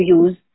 use